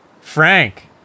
Frank